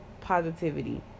positivity